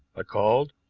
i called,